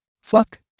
Fuck